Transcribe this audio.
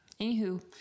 anywho